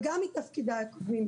וגם מתפקידיי הקודמים,